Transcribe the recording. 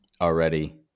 already